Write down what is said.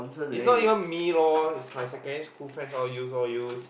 is not even me loh it's my secondary school friends loh use loh use